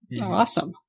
awesome